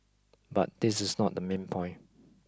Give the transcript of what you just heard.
but this is not the main point